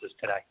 today